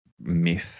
myth